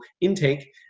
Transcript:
intake